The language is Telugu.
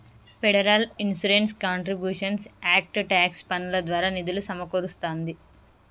federal Insurance Contributions Act tax పన్నుల ద్వారా నిధులు సమకూరుస్తాంది